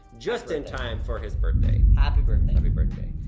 just in time for his birthday. happy birthday. happy birthday.